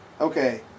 Okay